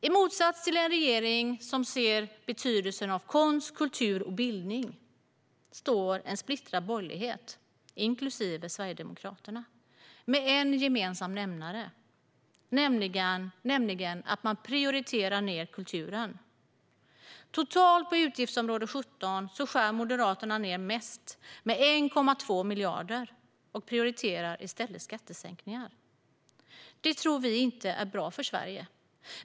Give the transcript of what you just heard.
I motsats till en regering som ser betydelsen av konst, kultur och bildning står en splittrad borgerlighet, inklusive Sverigedemokraterna. De har en gemensam nämnare, nämligen att de prioriterar ned kulturen. Totalt på utgiftsområde 17 skär Moderaterna ned mest, med 1,2 miljarder. De prioriterar i stället skattesänkningar. Det tror inte vi är bra för Sverige.